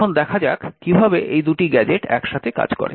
এখন দেখা যাক কিভাবে এই দুটি গ্যাজেট একসাথে কাজ করে